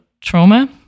trauma